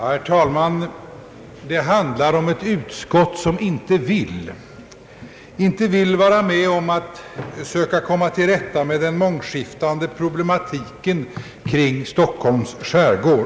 Herr talman! Det handlar om ett utskott som inte vill, inte vill vara med om att söka komma till rätta med den mångskiftande problematiken kring Stockholms skärgård.